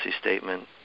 statement